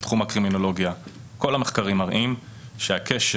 בתחום הקרימינולוגיה כל המחקרים מראים שהקשר